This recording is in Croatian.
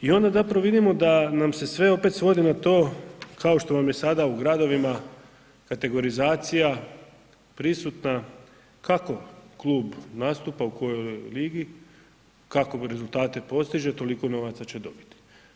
I onda zapravo vidimo da nam se sve opet svodi na to kao što vam je sada u gradovima kategorizacija prisutna kako klub nastupa u kojoj ligi, kakve rezultate postiže toliko novaca će dobiti.